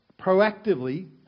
proactively